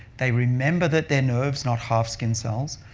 they remember that they're nerves, not half skin cells.